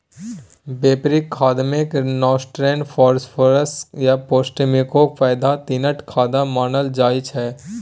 बेपारिक खादमे nitrogen, phosphorus आ पोटाशियमकेँ पैघ तीनटा खाद मानल जाइ छै